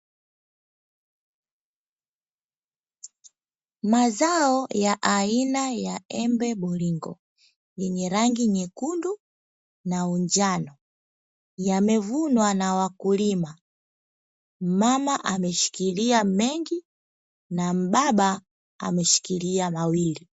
Mazao ya aina ya embe bolingo wa miradi nyekundu na wakulima, ameshikilia mengi na mbababa ameshikilia mawili.